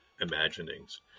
imaginings